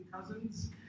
cousins